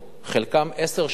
חלקן עשר שנים,